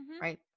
right